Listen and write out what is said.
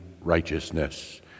righteousness